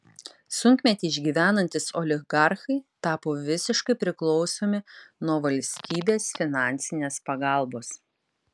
sunkmetį išgyvenantys oligarchai tapo visiškai priklausomi nuo valstybės finansinės pagalbos